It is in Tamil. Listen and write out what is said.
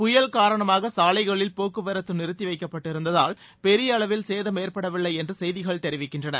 புயல் காரணமாக சாலைகளில் போக்குவரத்து நிறுத்தி வைக்கப்பட்டிருந்ததால் பெரிய அளவில் சேதம் ஏற்படவில்லை என்று செய்திகள் தெரிவிக்கின்றன